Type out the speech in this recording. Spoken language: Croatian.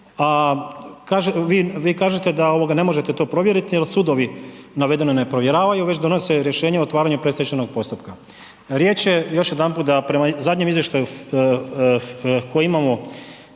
a vi kažete da ovoga ne možete to provjeriti jer sudovi navedeno ne provjeravaju već donose rješenje o otvaranju predstečajnog postupka. Riječ je, još jedanput da, prema zadnjem izvještaju kojeg imamo